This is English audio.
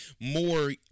more